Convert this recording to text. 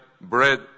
bread